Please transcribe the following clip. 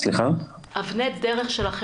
אבני דרך שלנו